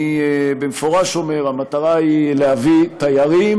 אני במפורש אומר: המטרה היא להביא תיירים,